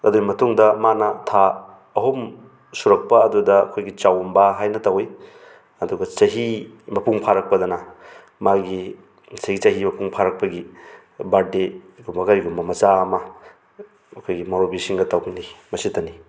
ꯑꯗꯨꯏ ꯃꯇꯨꯡꯗ ꯃꯥꯅ ꯊꯥ ꯑꯍꯨꯝ ꯁꯨꯔꯛꯄ ꯑꯗꯨꯗ ꯑꯩꯈꯣꯏꯒꯤ ꯆꯥꯎꯝꯕ ꯍꯥꯏꯅ ꯇꯧꯋꯤ ꯑꯗꯨꯒ ꯆꯍꯤ ꯃꯄꯨꯡ ꯐꯥꯔꯛꯄꯗꯅ ꯃꯥꯒꯤ ꯁꯤꯒꯤ ꯆꯍꯤ ꯃꯄꯨꯡ ꯐꯥꯔꯛꯄꯒꯤ ꯕꯥꯔꯠꯗꯦꯒꯨꯝꯕ ꯀꯔꯤꯒꯨꯝꯕ ꯃꯆꯥ ꯑꯃ ꯑꯩꯈꯣꯏꯒꯤ ꯃꯧꯔꯨꯕꯤꯁꯤꯡꯒ ꯇꯧꯒꯅꯤ ꯃꯁꯤꯇꯅꯤ